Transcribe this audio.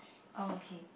oh okay